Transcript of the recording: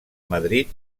madrid